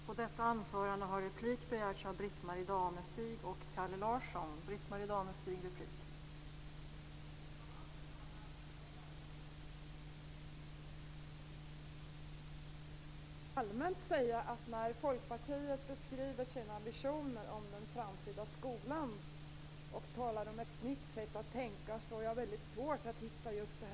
Fru talman! Jag har några frågor att ställa till Ulf Jag kan rent allmänt säga att jag har väldigt svårt att hitta något nytänkande när Folkpartiet beskriver sina visioner om den framtida skolan och talar om ett nytt sätt att tänka. För mig känns det så otroligt välbekant.